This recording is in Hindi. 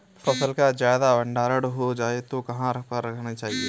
फसल का ज्यादा भंडारण हो जाए तो कहाँ पर रखना चाहिए?